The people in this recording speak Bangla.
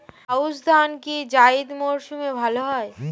আউশ ধান কি জায়িদ মরসুমে ভালো হয়?